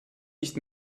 nicht